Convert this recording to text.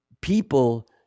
People